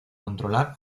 controlar